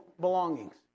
belongings